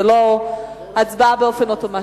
זו לא הצבעה באופן אוטומטי.